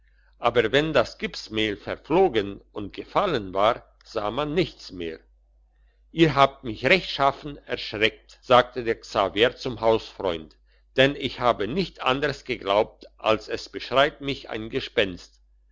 aber wenn das gipsmehl verflogen und gefallen war sah man nichts mehr ihr habt mich rechtschaffen erschreckt sagte der xaveri zum hausfreund denn ich habe nicht anders geglaubt als es beschreit mich ein gespenst